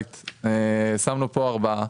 שמנו פה ארבעה